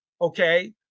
Okay